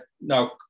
now